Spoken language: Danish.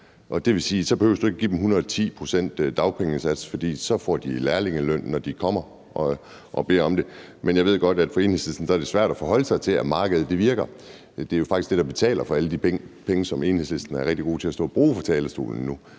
så behøver du ikke give dem 110 pct.'s dagpengesats, for så får de lærlingeløn, når de kommer og beder om det. Men jeg ved godt, at for Enhedslisten er det svært at forholde sig til, at markedet virker. Det er jo faktisk det, der betaler alle de penge, som Enhedslisten er rigtig god til at stå at bruge fra talerstolen nu.